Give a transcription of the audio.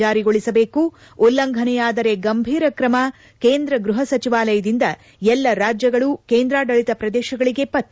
ಜಾರಿಗೊಳಿಸಬೇಕು ಉಲ್ಲಂಘನೆಯಾದರೆ ಗಂಭೀರ ಕ್ರಮ ಕೇಂದ ಗ್ವಹ ಸಚಿವಾಲಯದಿಂದ ಎಲ್ಲ ರಾಜ್ಯಗಳು ಕೇಂದ್ರಾಡಳಿತ ಪ್ರದೇಶಗಳಿಗೆ ಪತ್ರ